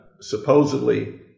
supposedly